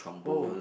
oh